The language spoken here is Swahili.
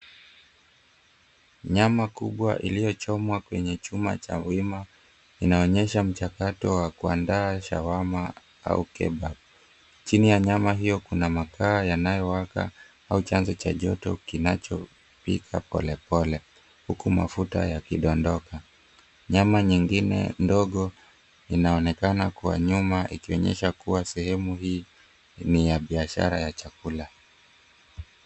Nyama kubwa iliyochomwa kwenye chuma cha wima inaonyesha mchakato wa kuandaa shawama au kebab. Chini ya nyama hiyo kuna makaa yanayowaka au chanzo cha joto kinachopika polepole, huku mafuta yakidondoka. Nyama nyingine ndogo inaonekana kwa nyuma ikionyesha kuwa sehemu hii ni ya biashara ya chakula.